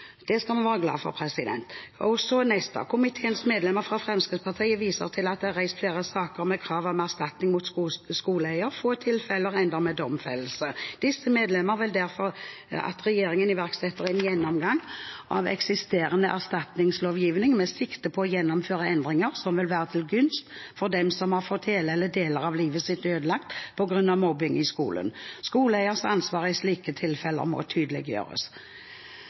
Det skal vi være glad for. Så det neste: «Komiteens medlemmer fra Fremskrittspartiet viser til at det er reist flere saker med krav om erstatning mot skoleeier. Få tilfeller ender med domfellelse. Disse medlemmer vil derfor at Regjeringen iverksetter en gjennomgang av eksisterende erstatningslovgivning med sikte på å gjennomføre endringer som vil være til gunst for dem som har fått hele eller deler av livet sitt ødelagt på grunn av mobbing i skolen. Skoleeiers ansvar i slike tilfeller må tydeliggjøres.»